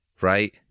right